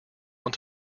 want